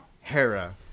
Hera